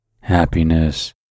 happiness